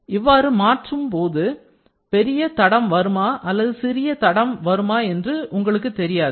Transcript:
இவ்வாறு மாற்றும் போது பெரிய தடம் வருமா அல்லது சிறிய தடம் வருமா என்று உங்களுக்கு தெரியாது